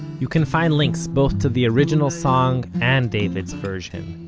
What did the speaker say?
you can find links, both to the original song, and david's version,